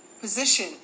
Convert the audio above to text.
position